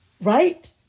right